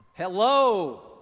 Hello